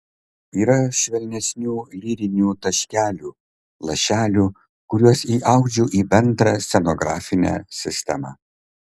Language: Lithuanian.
yra švelnesnių lyrinių taškelių lašelių kuriuos įaudžiu į bendrą scenografinę sistemą